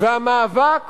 והמאבק